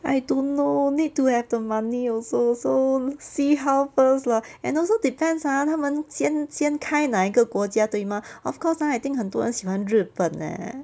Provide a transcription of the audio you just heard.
I don't know need to have the money also so see how first lah and also depends ah 他们先先开哪一个国家对吗 of course now I think 很多人喜欢日本 leh